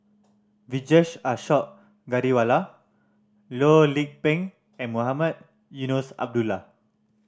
Vijesh Ashok Ghariwala Loh Lik Peng and Mohamed Eunos Abdullah